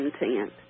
intent